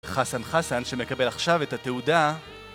חסן חסן שמקבל עכשיו את התעודה